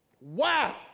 Wow